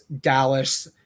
Dallas